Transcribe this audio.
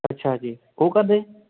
ਅੱਛਾ ਜੀ ਉਹ ਕਾਹਦੇ